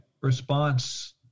response